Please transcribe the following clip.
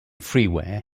freeware